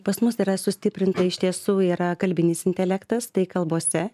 pas mus yra sustiprinta iš tiesų yra kalbinis intelektas tai kalbose